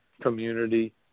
community